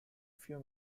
few